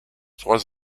trois